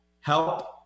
help